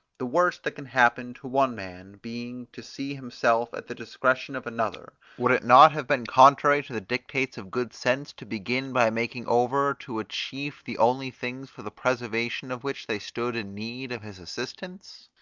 the worst that can happen to one man being to see himself at the discretion of another, would it not have been contrary to the dictates of good sense to begin by making over to a chief the only things for the preservation of which they stood in need of his assistance?